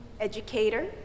educator